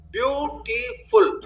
Beautiful